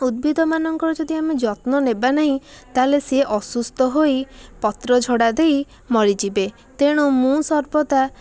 ଉଦ୍ଭିଦମାନଙ୍କର ଯଦି ଆମେ ଯତ୍ନ ନେବା ନାହିଁ ତାହେଲେ ସିଏ ଅସୁସ୍ଥ ହୋଇ ପତ୍ର ଝଡ଼ା ଦେଇ ମରିଯିବେ ତେଣୁ ମୁଁ ସର୍ବଦା